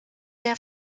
der